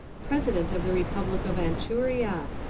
president of the repub lic of anchuria!